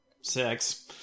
sex